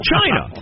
China